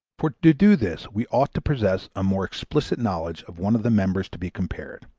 for to do this we ought to possess a more explicit knowledge of one of the members to be compared.